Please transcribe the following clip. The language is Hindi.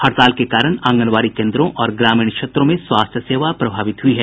हड़ताल के कारण आंगनबाड़ी केन्द्रों और ग्रामीण क्षेत्रों में स्वास्थ्य सेवा प्रभावित हुई है